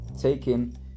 taking